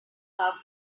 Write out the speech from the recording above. are